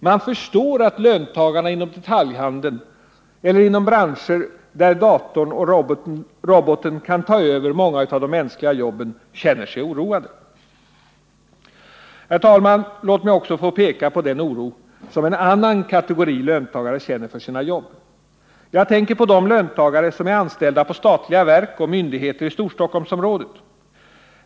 Man förstår att löntagarna inom detaljhandeln eller inom branscher där datorn och roboten kan ta över många av de mänskliga jobben känner sig oroade. Herr talman! Låt mig också få peka på den oro som en annan kategori löntagare känner för sina jobb. Jag tänker på de löntagare som är anställda på statliga verk och myndigheter i Storstockholmsområdet.